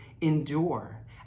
Endure